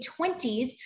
20s